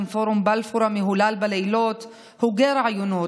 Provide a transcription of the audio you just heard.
לפני הצבעה בקריאה שנייה ושלישית,